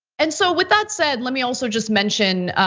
and so without said, let me also just mention,